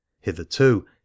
Hitherto